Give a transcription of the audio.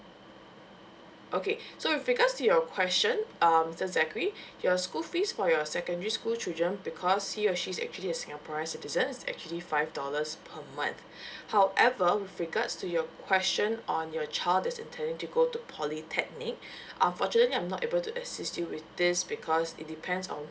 okay so with regards to your question um sir zachary your school fees for your secondary school children because he or she's actually a singaporean citizens actually five dollars per month however with regards to your question on your child that's intending to go to polytechnic unfortunately I'm not able to assist you with this because it depends on